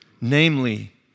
namely